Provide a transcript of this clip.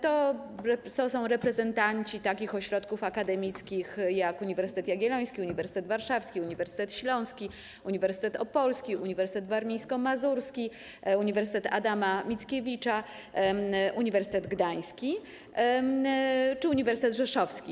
To są reprezentanci takich ośrodków akademickich jak Uniwersytet Jagielloński, Uniwersytet Warszawski, Uniwersytet Śląski, Uniwersytet Opolski, Uniwersytet Warmińsko-Mazurski, Uniwersytet Adama Mickiewicza, Uniwersytet Gdański czy Uniwersytet Rzeszowski.